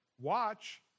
Watch